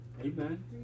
Amen